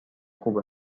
خوبه